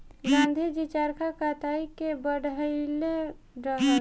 गाँधी जी चरखा कताई के बढ़इले रहस